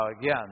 again